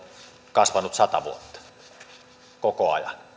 kasvanut sata vuotta koko ajan